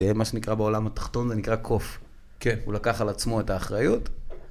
מה שנקרא בעולם התחתון זה נקרא קוף. כן. הוא לקח על עצמו את האחריות.